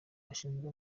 gashinzwe